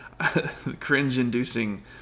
cringe-inducing